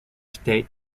state